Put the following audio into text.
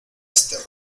este